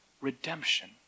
redemption